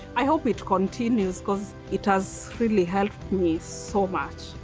i hope it continues cause it has really helped me so much.